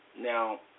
Now